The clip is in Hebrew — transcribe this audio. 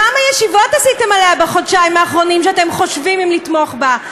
כמה ישיבות עשיתם עליה בחודשיים האחרונים שאתם חושבים אם לתמוך בה?